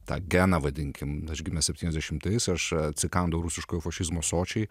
tą geną vadinkim aš gimęs septiniasdešimtais aš atsikandau rusiškojo fašizmo sočiai